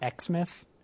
Xmas